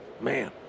man